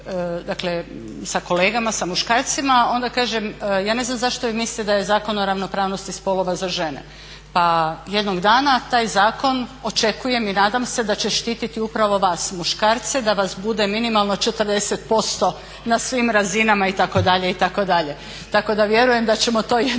dakle sa kolegama sa muškarcima onda kažem ja ne znam zašto vi mislite da je Zakon o ravnopravnosti spolova za žene? Pa jednog dana taj zakon očekujem i nadam se da će štiti upravo vas muškarce da vas bude minimalno 40% na svim razinama itd. itd. Tako da vjerujem da ćemo to jednog dana